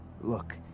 Look